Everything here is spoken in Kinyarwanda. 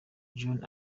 john